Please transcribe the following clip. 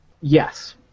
Yes